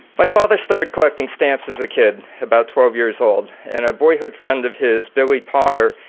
my father started collecting stamps as a kid, about twelve years old. and a boyhood friend of his, billy potter,